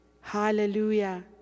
Hallelujah